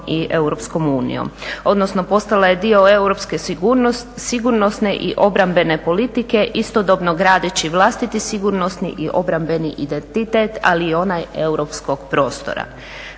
s NATO-om i EU, odnosno postala je dio europske sigurnosne i obrambene politike, istodobno gradeći vlastiti sigurnosti i obrambeni identitet, ali i onaj europskog prostora.